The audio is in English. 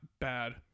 bad